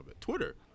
Twitter